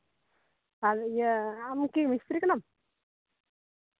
ᱟᱨ ᱤᱭᱟᱹ ᱟᱢᱠᱤ ᱢᱤᱥᱛᱨᱤ ᱠᱟᱱᱟᱢ